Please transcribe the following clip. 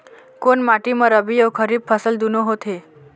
कोन माटी म रबी अऊ खरीफ फसल दूनों होत हे?